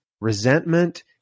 resentment